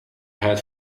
head